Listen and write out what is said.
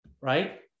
right